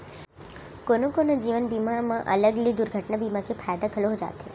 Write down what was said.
कोनो कोनो जीवन बीमा म अलग ले दुरघटना बीमा के फायदा घलौ हो जाथे